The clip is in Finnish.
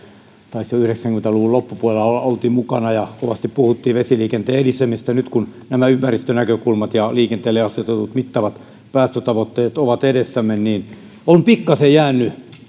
taisin yhdeksänkymmentä luvun loppupuolella olla mukana ja kovasti puhuttiin vesiliikenteen edistämisestä nyt kun nämä ympäristönäkökulmat ja liikenteelle asetetut mittavat päästötavoitteet ovat edessämme niin on pikkasen jäänyt